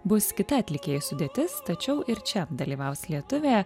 bus kita atlikėjų sudėtis tačiau ir čia dalyvaus lietuvė